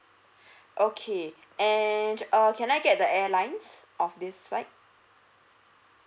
okay and err can I get the airlines of this flight